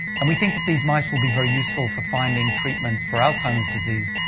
and we think that these mice will be very useful for finding treatments for alzheimer's disease,